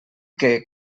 que